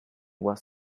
was